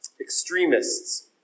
extremists